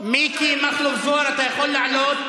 מיקי מכלוף זוהר, אתה יכול לעלות.